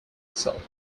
itself